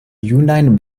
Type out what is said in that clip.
junajn